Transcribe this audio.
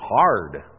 hard